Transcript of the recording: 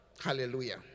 Hallelujah